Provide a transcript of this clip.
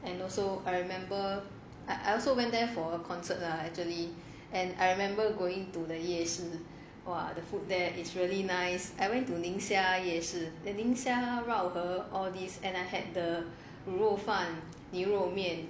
and also I remember I I also went there for a concert lah actually and I remember going to the 夜市 !wah! the food there is really nice I went to 宁夏夜市 the 宁夏若何 all these and I had the 卤肉饭牛肉面